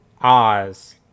oz